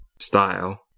style